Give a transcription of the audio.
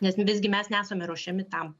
nes nu visgi mes nesame ruošiami tam